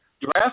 draft